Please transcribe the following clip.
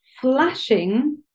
flashing